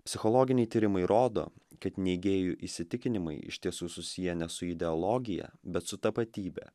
psichologiniai tyrimai rodo kad neigėjų įsitikinimai iš tiesų susiję ne su ideologija bet su tapatybe